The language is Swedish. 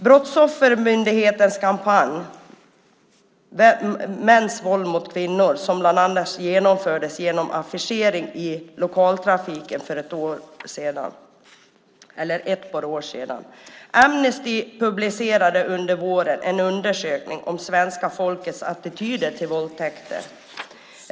Brottsoffermyndighetens kampanj Mäns våld mot kvinnor genomfördes bland annat genom affischering i lokaltrafiken för ett par år sedan. Amnesty publicerade under våren en undersökning om svenska folkets attityder till våldtäkter.